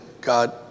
God